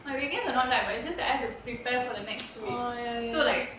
my weekends are not tight but it's just that I have to prepare for the next week so like